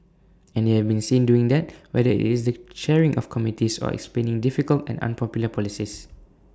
and they have been seen doing that whether IT is the chairing of committees or explaining difficult and unpopular policies